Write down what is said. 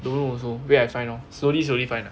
don't also wait I find lor slowly slowly slowly find ah